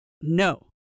no